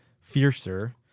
fiercer